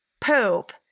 poop